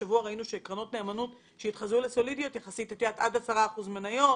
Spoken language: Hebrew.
השבוע ראינו שקרנות נאמנות שהתחזו לסולידיות - עד 10% מניות,